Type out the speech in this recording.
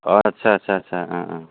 अ आच्चा आच्चा आच्चा